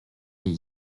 est